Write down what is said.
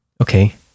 Okay